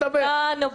נו, באמת.